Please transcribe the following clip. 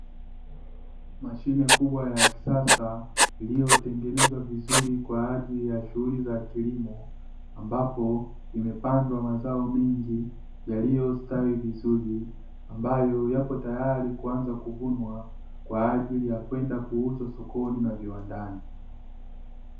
Mashine kubwa ya kisasa iliyotengenezwa vizuri kwa ajili ya shughuli za kilimo, ambapo imepandwa mazao mengi yaliyo stawi vizuri, ambayo yako tayari kuanza kuvunwa kwa ajili ya kwenda kuuzwa sokoni na viwandani.